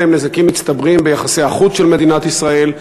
הנזקים האלה הם נזקים מצטברים ביחסי החוץ של מדינת ישראל,